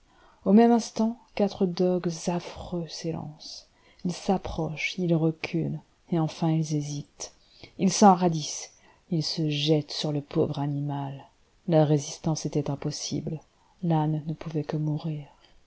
au même instant quatre dogues affreux s'élancent ils s'approchent ils reculent et enfin ils hésitent ils s'enhardissent ils se jettent sur le pauvre animal la résistance était impossible l'âne ne pouvait que mourir